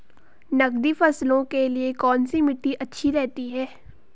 नकदी फसलों के लिए कौन सी मिट्टी अच्छी रहती है?